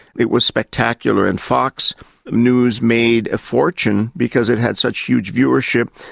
it was spectacular. and fox news made a fortune because it had such huge viewership,